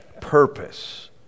Purpose